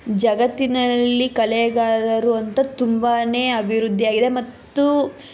ಜಗತ್ತಿನಲ್ಲಿ ಕಲೆಗಾರರು ಅಂತ ತುಂಬಾ ಅಭಿವೃದ್ಧಿಯಾಗಿದೆ ಮತ್ತು